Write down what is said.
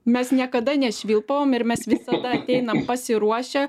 mes niekada ne švilpavom ir mes visada ateinam pasiruošę